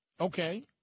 okay